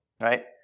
right